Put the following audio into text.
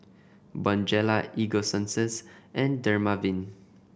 Bonjela Ego Sunsense and Dermaveen